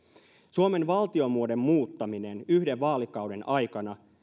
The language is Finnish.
suomen valtiomuodon muuttamisen yhden vaalikauden aikana